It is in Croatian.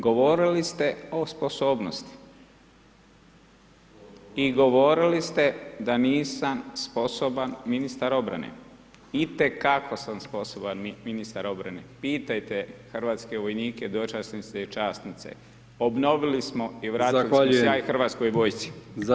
Govorili ste o sposobnosti i govorili ste da nisam sposoban ministar obrane, itekako sam sposoban ministar obrane, pitajte hrvatske vojnike, dočasnice i časnice, obnovili smo [[Upadica: Zahvaljujem]] i vratili smo sjaj HV-u.